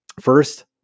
First